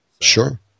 Sure